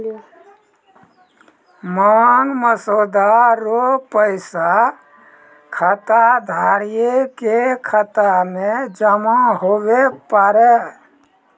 मांग मसौदा रो पैसा खाताधारिये के खाता मे जमा हुवै पारै